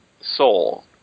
soul